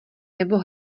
nebo